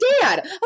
dad